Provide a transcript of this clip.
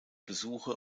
besuche